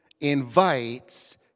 invites